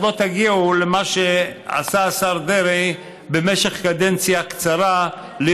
לא תגיעו למה שעשה לירושלים השר דרעי במשך קדנציה קצרה.